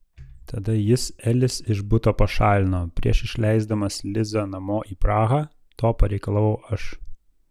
tada jis elis iš buto pašalino prieš išleisdamas lizą namo į prahą to pareikalavau aš